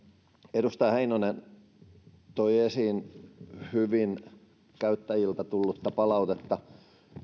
edustaja heinonen toi hyvin esiin käyttäjiltä tullutta palautetta